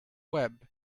web